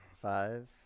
Five